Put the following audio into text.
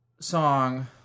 song